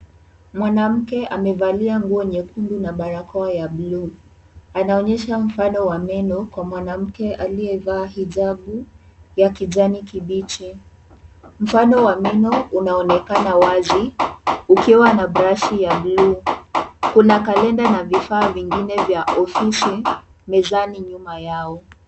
Mwanamke amevalia nguo nyekundu na barakoa ya bluu. Anaonyesha mfano wa meno kwa mwanamke aliyevaa hijabu ya kijani kibichi. Mfano wa meno unaonekana wazi ukiwa na brashi ya bluu. Kuna kalenda na vifaa vingine vya ofisi mezani nyuma yao.